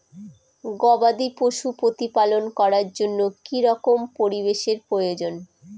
গবাদী পশু প্রতিপালন করার জন্য কি রকম পরিবেশের প্রয়োজন?